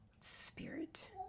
spirit